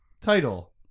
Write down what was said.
title